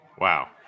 Wow